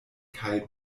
kaj